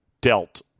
dealt